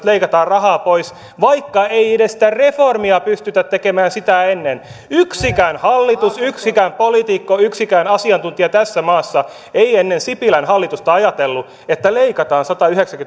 leikataan rahaa pois vaikka ei edes sitä reformia pystytä tekemään sitä ennen yksikään hallitus yksikään poliitikko yksikään asiantuntija tässä maassa ei ennen sipilän hallitusta ajatellut että leikataan satayhdeksänkymmentä